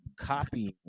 copying